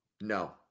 No